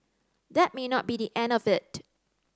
that may not be the end of it